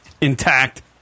intact